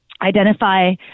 identify